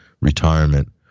retirement